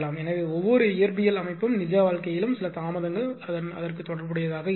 எனவே ஒவ்வொரு இயற்பியல் அமைப்பும் நிஜ வாழ்க்கையிலும் சில தாமதங்கள் அந்த தொடர்புடையதாக இருக்கும்